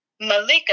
Malika